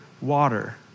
water